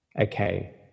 Okay